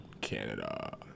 Canada